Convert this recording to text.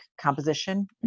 composition